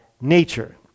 nature